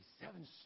seven